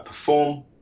Perform